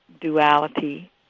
duality